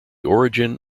origin